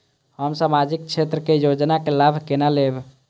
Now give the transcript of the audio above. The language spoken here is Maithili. हम सामाजिक क्षेत्र के योजना के लाभ केना लेब?